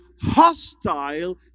hostile